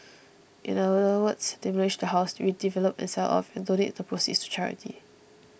in other words demolish the house redevelop and sell off and donate the proceeds to charity